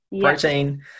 protein